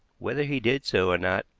whether he did so or not,